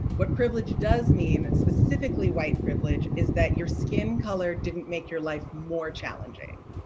what privilege does mean, specifically white privilege is that your skin color didn't make your life more challenging.